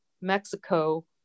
mexico